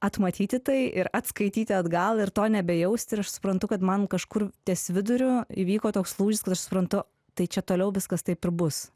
atmatyti tai ir atskaityti atgal ir to nebejaust aš suprantu kad man kažkur ties viduriu įvyko toks lūžis kad aš suprantu tai čia toliau viskas taip ir bus